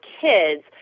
kids